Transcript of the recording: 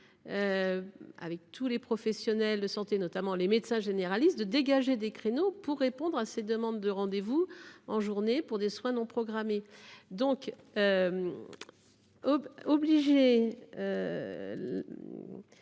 avec tous les professionnels de santé, notamment les médecins généralistes, pour dégager des créneaux, afin de répondre à ces demandes de rendez vous en journée pour des soins non programmés. Obliger